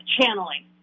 channeling